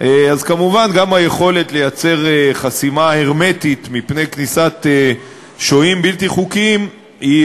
כמובן גם היכולת לייצר חסימה הרמטית מפני כניסת שוהים בלתי חוקיים היא,